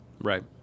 Right